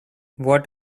what